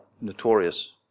notorious